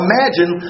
Imagine